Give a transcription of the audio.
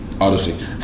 Odyssey